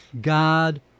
God